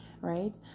right